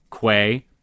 Quay